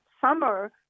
summer